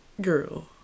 girl